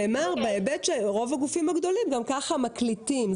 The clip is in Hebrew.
נאמר שרוב הגופים הגדולים גם ככה מקליטים,